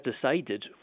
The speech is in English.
decided